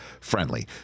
friendly